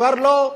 כבר לא,